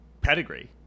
pedigree